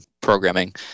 programming